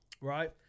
Right